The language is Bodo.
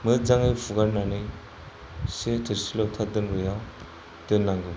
मोजाङै फुगारनानै थोरसि लथा दोनग्रायाव दोननांगौ